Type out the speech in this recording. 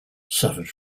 suffered